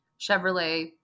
Chevrolet